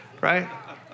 Right